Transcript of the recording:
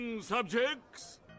subjects